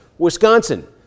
Wisconsin